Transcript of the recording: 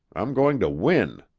i'm going to win.